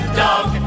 dog